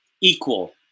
equal